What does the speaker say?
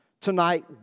tonight